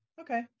Okay